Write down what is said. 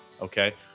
okay